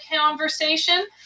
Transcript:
conversation